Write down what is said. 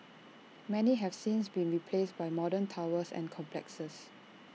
many have since been replaced by modern towers and complexes